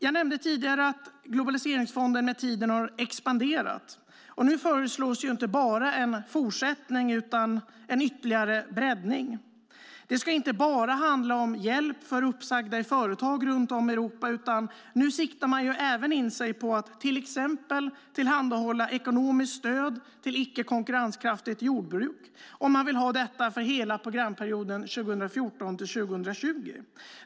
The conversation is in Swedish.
Jag nämnde tidigare att globaliseringsfonden med tiden har expanderat. Nu föreslås inte bara en fortsättning utan en ytterligare breddning. Det ska inte bara handla om hjälp för uppsagda i företag runt om i Europa, utan nu siktar man även in sig på att till exempel tillhandahålla ekonomiskt stöd till icke konkurrenskraftigt jordbruk, och man vill ha detta för hela programperioden 2014-2020.